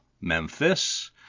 memphis